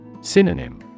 Synonym